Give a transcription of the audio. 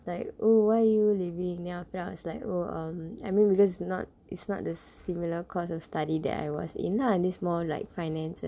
like oh why are you leaving then after that I was like oh um I mean because it's not it's not the similar course of study that I was in lah and this more like finance